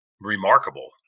remarkable